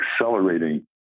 accelerating